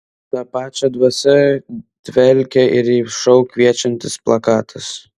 ta pačia dvasia dvelkia ir į šou kviečiantis plakatas